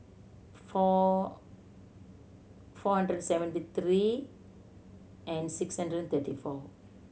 four four hundred seventy three and six hundred thirty four